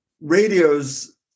radio's